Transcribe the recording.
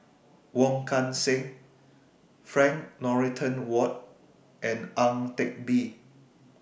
Wong Kan Seng Frank Dorrington Ward and Ang Teck Bee